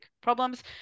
problems